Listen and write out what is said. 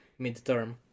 midterm